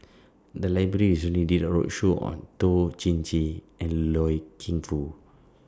The Library recently did A roadshow on Toh Chin Chye and Loy Keng Foo